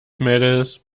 mädels